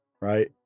right